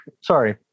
Sorry